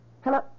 Hello